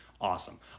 awesome